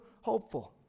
hopeful